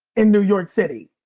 in new york city.